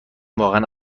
واقعا